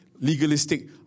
Legalistic